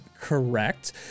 correct